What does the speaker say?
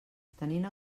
tenint